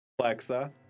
Alexa